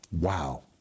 Wow